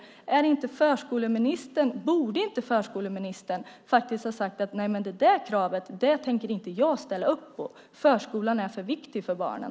Borde inte förskoleministern ha sagt att det kravet tänker han inte ställa upp på, för att förskolan är för viktig för barnen?